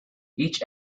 each